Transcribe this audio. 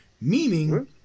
Meaning